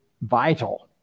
Vital